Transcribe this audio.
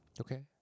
Okay